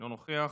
אינו נוכח.